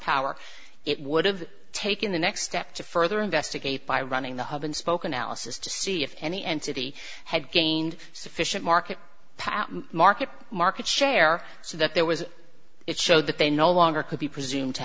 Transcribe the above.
power it would have taken the next step to further investigate by running the hub and spoke analysis to see if any entity had gained sufficient market power market market share so that there was it so that they no longer could be presumed to